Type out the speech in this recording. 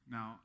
Now